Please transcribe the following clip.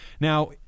Now